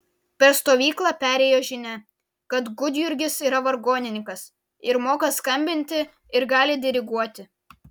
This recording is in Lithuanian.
per stovyklą perėjo žinia kad gudjurgis yra vargonininkas ir moka skambinti ir gali diriguoti